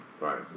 Right